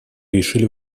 решили